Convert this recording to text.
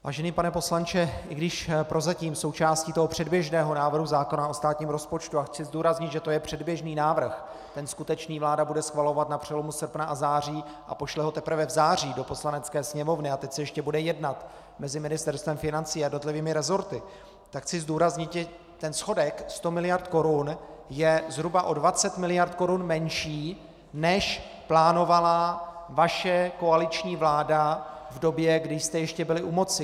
Vážený pane poslanče, i když prozatím součástí předběžného návrhu zákona o státním rozpočtu, a chci zdůraznit, že to je předběžný návrh, ten skutečný vláda bude schvalovat na přelomu srpna a září a pošle ho teprve v září do Poslanecké sněmovny a teď se ještě bude jednat mezi Ministerstvem financí a jednotlivými resorty, tak chci zdůraznit, ten schodek 100 mld. korun je zhruba o 20 mld. korun menší, než plánovala vaše koaliční vláda v době, kdy jste ještě byli u moci.